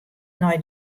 nei